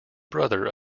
brother